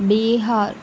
Bihar